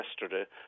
yesterday